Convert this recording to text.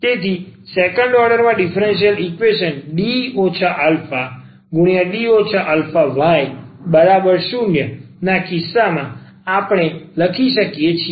તેથી સેકન્ડ ઓર્ડરમાં differential equation D αD αy0 ના કિસ્સામાં આપણે લખી શકીએ છીએ